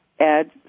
add